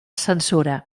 censura